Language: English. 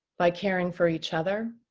by caring for each other,